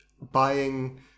buying